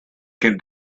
can